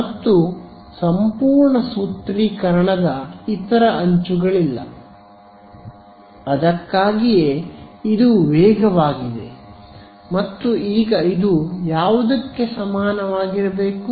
ಮತ್ತು ಸಂಪೂರ್ಣ ಸೂತ್ರೀಕರಣದ ಇತರ ಅಂಚುಗಳಿಲ್ಲ ಅದಕ್ಕಾಗಿಯೇ ಇದು ವೇಗವಾಗಿದೆ ಮತ್ತು ಈಗ ಇದು ಯಾವುದಕ್ಕೆ ಸಮನಾಗಿರಬೇಕು